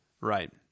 Right